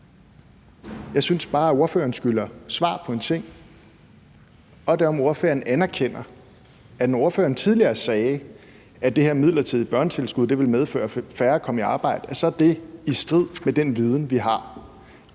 Jeg synes bare, at ordføreren skylder svar på en ting: Anerkender ordføreren, at det, han tidligere sagde om, at det her midlertidige børnetilskud ville medføre, at færre kom i arbejde, er i strid med den viden, vi har?